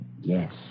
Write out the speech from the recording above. Yes